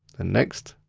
and next.